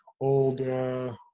old